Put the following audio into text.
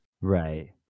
Right